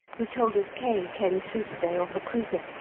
who told us k. came through to-day off a cruiser,